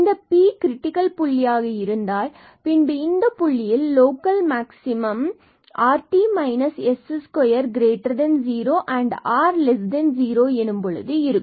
இந்த Pab கிரிக்டிகள் புள்ளியாக இருந்தால் பின்பு இந்த புள்ளியில் local maximum rt s20 and r0 இருக்கும்